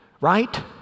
Right